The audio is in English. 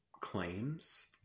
claims